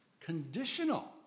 conditional